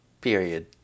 period